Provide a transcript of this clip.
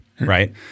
Right